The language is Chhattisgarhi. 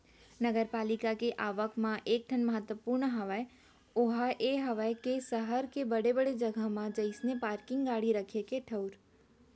नगरपालिका के आवक म एक ठन महत्वपूर्न हवय ओहा ये हवय के सहर के बड़े बड़े जगा म जइसे पारकिंग गाड़ी रखे के ठऊर